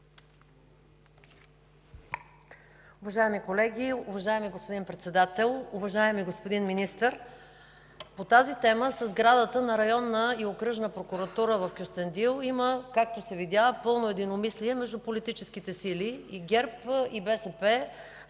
Уважаеми колеги, уважаеми господин Председател, уважаеми господин Министър! По тази тема – за сградата на Районна и Окръжна прокуратура в Кюстендил, както се видя, има пълно единомислие между политическите сили – и ГЕРБ, и БСП